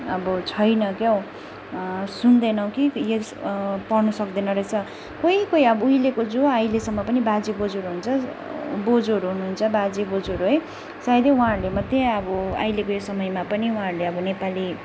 अब छैन क्याउ सुन्दैनौँ कि यस पढ्नु सक्दैन रहेछ कोही कोही अब उहिलेको जो अहिलेसम्म पनि बाजे बोजूहरू हुन्छ बोजूहरू हुनुहुन्छ बाजे बोजूहरू है सायदै उहाँहरूले मात्रै अब अहिलेको यो समयमा पनि उहाँहरूले अब नेपाली